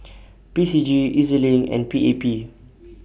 P C G E Z LINK and P A P